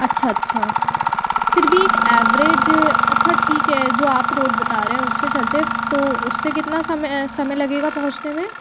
अच्छा अच्छा फिर भी एक एवरेज अच्छा ठीक है जो आप रोड बता रहे हैं उससे चलते हैं तो उससे कितना समय समय लगेगा पहुँचने में